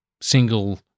single